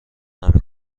نمی